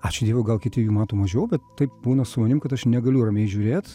ačiū dievui gal kiti jų mato mažiau bet taip būna su manim kad aš negaliu ramiai žiūrėt